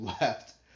left